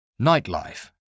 Nightlife